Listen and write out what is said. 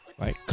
Right